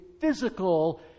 physical